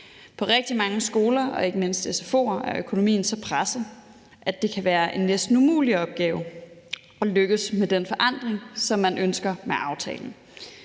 På rigtig mange skoler og ikke mindst sfo'er er økonomien så presset, at det kan være en næsten umulig opgave at lykkes med den forandring, som man ønsker med aftalen.